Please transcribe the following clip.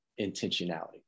intentionality